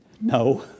No